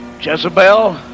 Jezebel